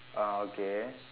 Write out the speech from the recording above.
ah okay